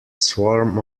swarm